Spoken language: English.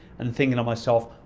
and thinking to myself,